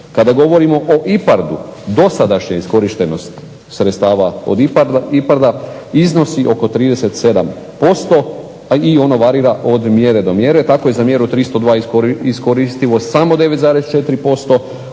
Kada govorimo o IPARD-u dosadašnja iskorištenost sredstava od IPARD-a iznosi oko 37% i ono varira od mjere do mjere. Tako je za mjeru 302 iskoristivost samo 9,4%,